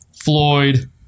Floyd